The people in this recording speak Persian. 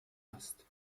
است